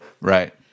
Right